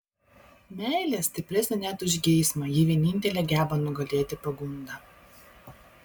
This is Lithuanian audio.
meilė stipresnė net už geismą ji vienintelė geba nugalėti pagundą